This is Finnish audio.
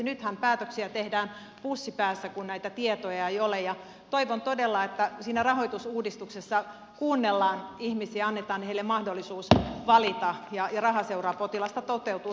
nythän päätöksiä tehdään pussi päässä kun näitä tietoja ei ole ja toivon todella että siinä rahoitusuudistuksessa kuunnellaan ihmisiä annetaan heille mahdollisuus valita ja raha seuraa potilasta toteutuu